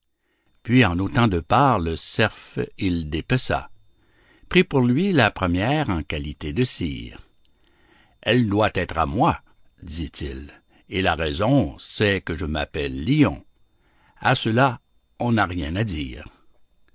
puis en autant de parts le cerf il dépeça prit pour lui la première en qualité de sire elle doit être à moi dit-il et la raison c'est que je m'appelle lion à cela l'on n'a rien à dire